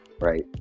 right